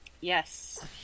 Yes